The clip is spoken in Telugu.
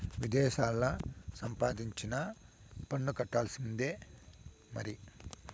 విదేశాల్లా సంపాదించినా పన్ను కట్టాల్సిందే మరి